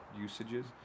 usages